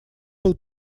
был